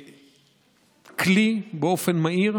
כלי באופן מהיר,